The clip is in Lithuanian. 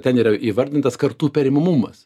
ten yra įvardintas kartų perimamumas